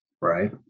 right